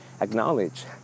Acknowledge